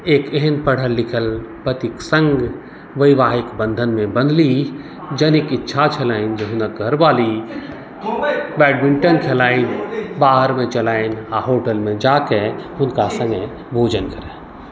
एक एहन पढ़ल लिखल पतिक सङ्ग वैवाहिक बंधनमे बँधली जनिक इच्छा छलनि हुनक घरवाली बैडमिण्टन खेलथि कार भी चलनि आ होटलमे जाके हुनका सङ्गे भोजन करनि